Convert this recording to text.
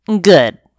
Good